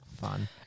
Fun